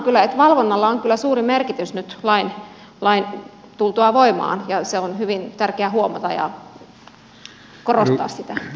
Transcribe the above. valvonnalla on kyllä suuri merkitys nyt lain tultua voimaan ja se on hyvin tärkeä huomata ja korostaa sitä